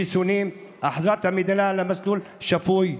חיסונים, החזרת המדינה למסלול שפוי.